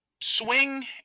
Swing